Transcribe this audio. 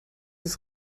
ist